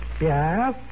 Yes